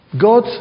God